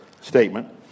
statement